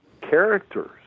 characters